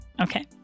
okay